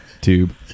tube